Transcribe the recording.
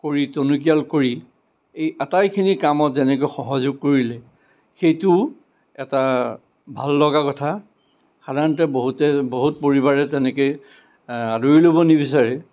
কৰি টনকিয়াল কৰি এই আটাইখিনি কামত যেনেকৈ সহযোগ কৰিলে সেইটো এটা ভাল লগা কথা সাধাৰণতে বহুতে বহুত পৰিবাৰে তেনেকৈ আদৰি ল'ব নিবিচাৰে